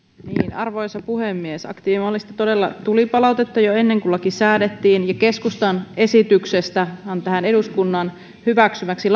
arvoisa puhemies aktiivimallista todella tuli palautetta jo ennen kuin laki säädettiin ja keskustan esityksestähän eduskunnan hyväksymäksi